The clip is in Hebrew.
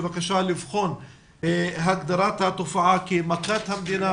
בבקשה לבחון את הגדרת התופעה כמכת מדינה,